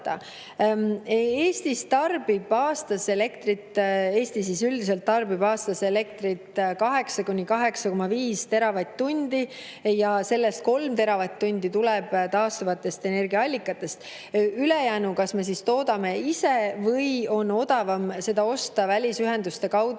Eesti tarbib aastas elektrit 8–8,5 teravatt-tundi ja sellest 3 teravatt-tundi tuleb taastuvatest energiaallikatest. Ülejäänu me kas toodame ise või on odavam seda osta välisühenduste kaudu